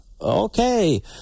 Okay